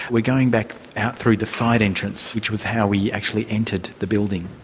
we're going back out through the side entrance, which was how we actually entered the building.